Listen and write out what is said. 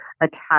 attach